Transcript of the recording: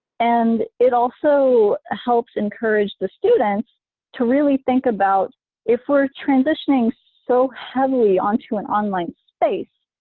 and it also helps encourage the students to really think about if we're transitioning so heavily onto an online space,